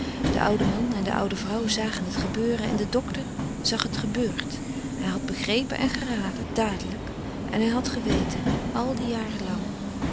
de oude man en de oude vrouw zagen het gebeuren en de dokter zag het gebeurd hij had begrepen en geraden dadelijk en hij had geweten àl die